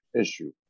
issue